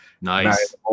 Nice